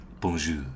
bonjour